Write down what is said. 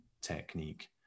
technique